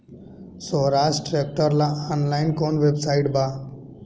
सोहराज tractor ला online कोउन website बा?